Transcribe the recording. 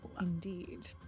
Indeed